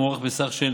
המוערך בסכום